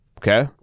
Okay